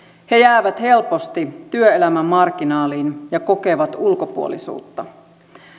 he jäävät helposti työelämän marginaaliin ja kokevat ulkopuolisuutta